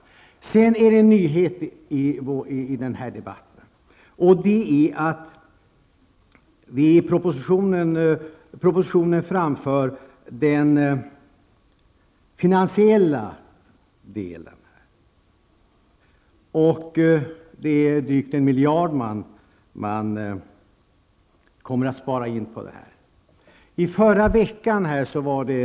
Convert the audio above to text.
Sedan finns det en nyhet i debatten. I propositionen förs den finansiella delen fram. Det handlar om att spara in drygt en miljard kronor.